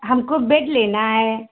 हमको बेड लेना है